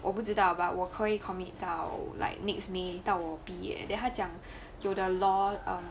我不知道 but 我可以 commit 到 like next may 到我毕业 then 他讲 do the law err